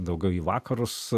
daugiau į vakarus